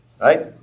right